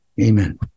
Amen